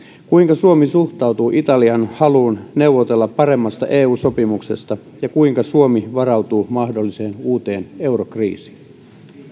kuinka suomi suhtautuu italian haluun neuvotella paremmasta eu sopimuksesta ja kuinka suomi varautuu mahdolliseen uuteen eurokriisiin